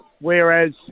whereas